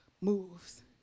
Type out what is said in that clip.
moves